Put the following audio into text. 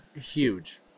Huge